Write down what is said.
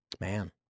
Man